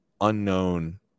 unknown